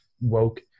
woke